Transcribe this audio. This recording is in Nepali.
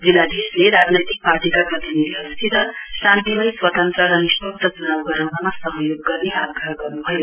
जिल्लाधीशले रानजैतिक पार्टीका प्रतिनिधिहरूसित शान्तिमय स्वतन्त्र र निष्पक्ष चुनाउ गराउनमा सहयोग गर्ने आग्रह गर्नुभयो